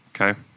Okay